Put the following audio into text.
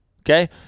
Okay